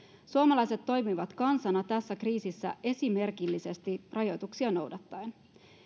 suomalaiset toimivat kansana tässä kriisissä esimerkillisesti rajoituksia noudattaen